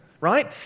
right